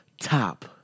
top